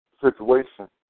situation